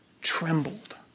trembled